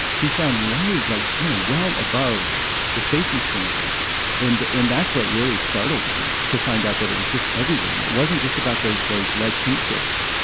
he found loads like you know well above the safety standard in the end that's what really startled me to find out that it was just everywhere and it wasn't just about those those lead paint chips.